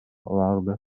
vardır